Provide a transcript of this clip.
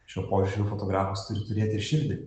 šiuo požiūriu fotografas turi turėti ir širdį